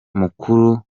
mukuru